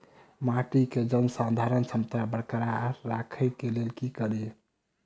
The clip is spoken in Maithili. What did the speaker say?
माटि केँ जलसंधारण क्षमता बरकरार राखै लेल की कड़ी?